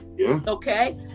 Okay